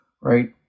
right